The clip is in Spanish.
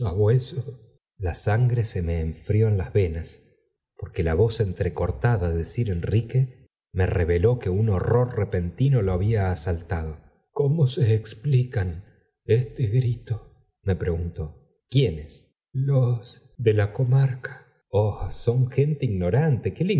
la sangre se me enfrió en las venas porque la voz entrecortada de sir enrique me reveló que un horror repentino lo había asaltado cómo se explican ebte grito me preguntó quiénes los de la comarca oh son gente ignorante